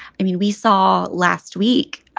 i mean, we saw last week